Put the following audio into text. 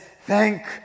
Thank